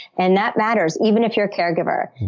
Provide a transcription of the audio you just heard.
and that matters, even if you're a caregiver.